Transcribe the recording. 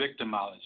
victimology